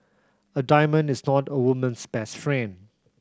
a diamond is not a woman's best friend